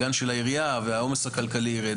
עירייה והעומס הכלכלי ירד,